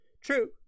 True